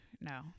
No